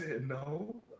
no